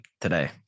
today